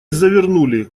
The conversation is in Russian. завернули